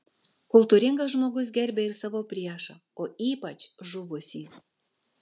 kultūringas žmogus gerbia ir savo priešą o ypač žuvusį